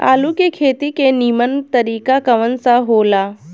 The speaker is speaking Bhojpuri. आलू के खेती के नीमन तरीका कवन सा हो ला?